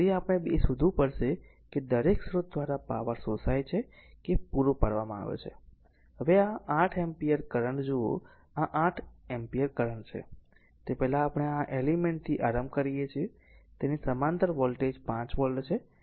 તેથી આપણે એ શોધવું પડશે કે દરેક સ્રોત દ્વારા પાવર શોષાય છે કે પૂરો પાડવામાં આવે છે હવે આ 8 એમ્પીયર કરંટ જુઓ આ 8 એમ્પીયર કરંટ છે તે પહેલા આપણે આ એલિમેન્ટ થી આરંભ કરીએ તેની સમાંતર વોલ્ટેજ 5 વોલ્ટ છે